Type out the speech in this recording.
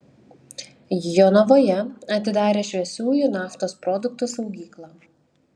jonavoje atidarė šviesiųjų naftos produktų saugyklą